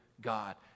God